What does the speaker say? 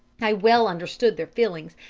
i well understood their feelings,